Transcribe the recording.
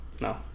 No